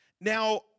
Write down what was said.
Now